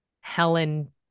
Helen